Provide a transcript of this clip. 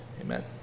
Amen